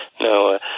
No